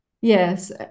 Yes